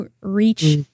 reach